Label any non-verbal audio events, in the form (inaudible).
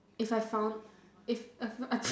if I found if (noise)